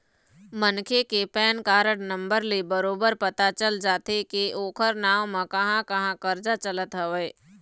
मनखे के PAN card number ले बरोबर पता चल जाथे के ओखर नांव म कहाँ कहाँ करजा चलत हवय